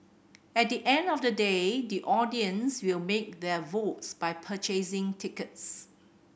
at the end of the day the audience will make their votes by purchasing tickets